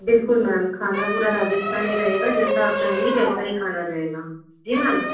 बिल्कुल मैम खाना पूरा राजस्थानी रहेगा जैसा आप चाहेंगी वैसा ही खाना रहेगा जी मैम